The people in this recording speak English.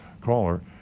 caller